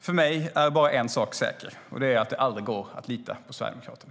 För mig är bara en sak säker, och det är att det aldrig går att lita på Sverigedemokraterna.